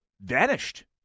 vanished